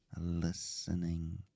listening